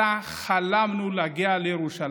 אלא חלמנו להגיע לירושלים.